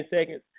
seconds